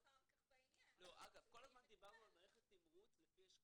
כל הזמן דיברנו על מערכת תימרוץ לפי אשכולות.